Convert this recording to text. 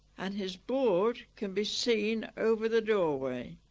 and his board can be seen over the doorway